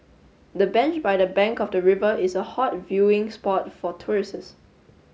the bench by the bank of the river is a hot viewing spot for tourists